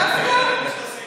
דווקא,